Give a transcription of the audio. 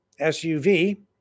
SUV